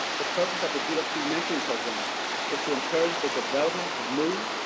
the purpose of the dfc mentoring program is to encourage the development of new,